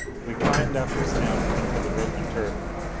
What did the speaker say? we climbed after snap into the broken turret room.